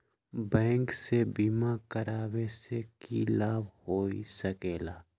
Bank से बिमा करावे से की लाभ होई सकेला?